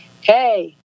hey